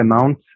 amount